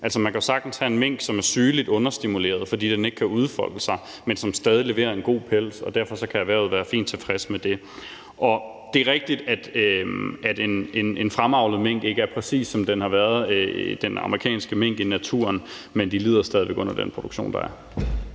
bur. Man kan jo sagtens have en mink, som er sygeligt understimuleret, fordi den ikke kan udfolde sig, men som stadig leverer en god pels, og derfor kan erhvervet være fint tilfreds med det. Det er rigtigt, at en fremavlet mink ikke er, præcis som den amerikanske mink har været i naturen, men de lider stadig væk under den produktion, der er.